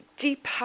deep